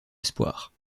espoirs